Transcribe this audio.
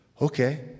Okay